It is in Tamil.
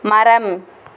மரம்